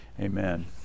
Amen